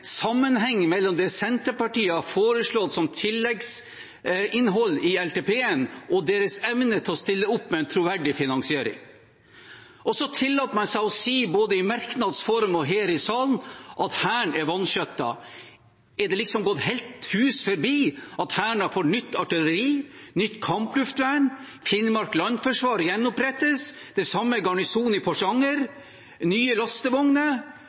mellom det Senterpartiet har foreslått som tilleggsinnhold i LTP-en, og deres evne til å stille opp med en troverdig finansiering. Og så tillater man seg å si både i merknads form og her i salen at Hæren er vanskjøttet. Har det gått helt hus forbi at Hæren har fått nytt artilleri og nytt kampluftvern, at Finnmark landforsvar gjenopprettes, og det samme med garnisonen i Porsanger, at man har fått nye lastevogner,